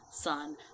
son